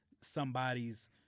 somebody's